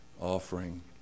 offering